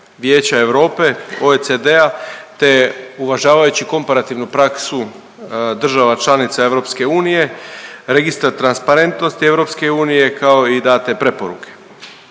Vijeća Europe, OECD-a te uvažavajući komparativnu praksu država članica EU, Registar transparentnosti EU, kao i date preporuke.